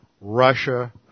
Russia